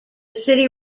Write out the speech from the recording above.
city